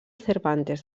cervantes